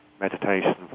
meditation